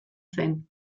zen